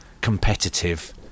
Competitive